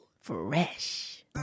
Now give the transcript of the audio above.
Fresh